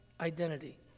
identity